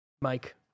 mike